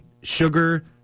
Sugar